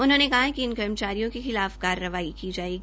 उन्होंने कहा कि इन कर्मचारियों के खिलाफ कार्रवाई की जायेगी